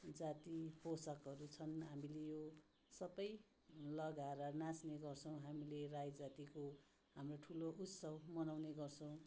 जाति पोसाकहरू छन् हामीले यो सबै लगाएर नाच्ने गर्छौँ हामीले राई जातिको हाम्रो ठुलो उत्सव मनाउने गर्छौँ